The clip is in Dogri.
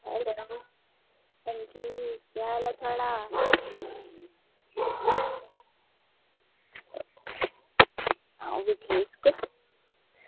अंजी केह् हाल ऐ थुआढ़ा आं ते ठीक